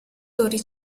torri